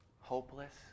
Hopeless